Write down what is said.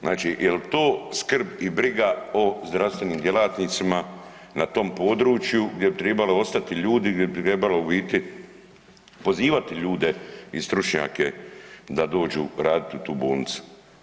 Znači je li to skrb i briga o zdravstvenim djelatnicima na tom području gdje bi tribali ostati ljudi, gdje bi trebalo u biti, pozivati ljude i stručnjake da dođu raditi u tu bolnicu?